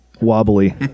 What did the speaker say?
wobbly